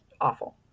awful